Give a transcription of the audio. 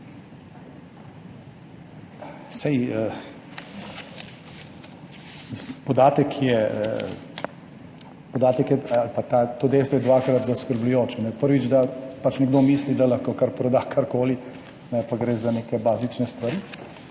Podatek ali pa to dejstvo je dvakrat zaskrbljujoče. Prvič, da pač nekdo misli, da lahko proda karkoli, pa gre za neke bazične stvari,